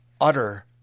utter